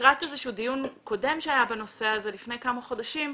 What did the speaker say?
לקראת איזשהו דיון קודם שהיה בנושא הזה לפני כמה חודשים,